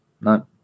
No